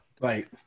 Right